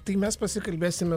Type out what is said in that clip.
tai mes pasikalbėsime